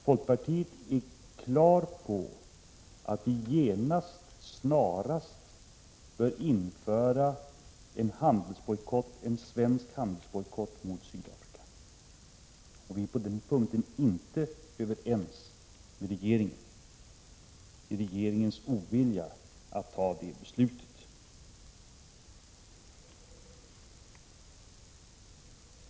Folkpartiet säger klart att vi snarast bör införa en svensk bojkott mot Sydafrika. Vi är på den punkten inte överens med regeringen — med dess ovilja att ta det beslutet.